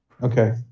Okay